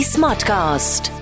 Smartcast